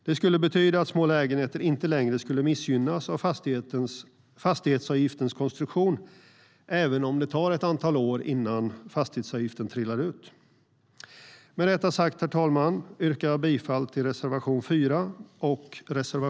Det skulle betyda att små lägenheter inte längre skulle missgynnas av fastighetsavgiftens konstruktion, även om det tar ett antal år innan fastighetsavgiften trillar ut. Med detta sagt, herr talman, yrkar jag bifall till reservationerna 3 och 4.